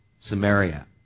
Samaria